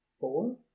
four